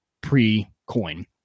pre-coin